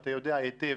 אתה יודע היטב,